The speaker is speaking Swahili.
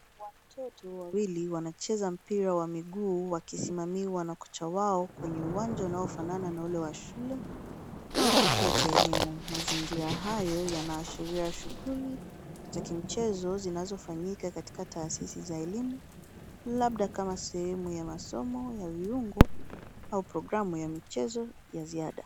Watoto wawili wanacheza mpira wa miguu wakisimamiwa na kocha wao kwenye uwanja unaofanana na ule wa shule, au kituo cha elimu. Mazingira hayo yanaashiria shughuli za kimichezo zinazofanyika katika taasisi za elimu, labda kama sehemu ya masomo ya viungo au programu ya michezo ya ziada.